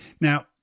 Now